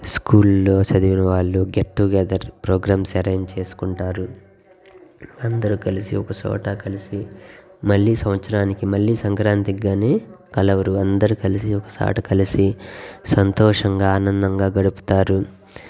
స్కూల్లో చదివిన వాళ్ళు గెట్ టుగెదర్ ప్రోగ్రామ్స్ అరేంజ్ చేసుకుంటారు అందరూ కలిసి ఒక చోట కలిసి మళ్ళీ సంవత్సరానికి మళ్ళీ సంక్రాంతికి కానీ కలవరు అందరు కలిసి ఒక చోట కలిసి సంతోషంగా ఆనందంగా గడుపుతారు